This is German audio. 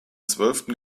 zwölften